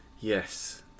yes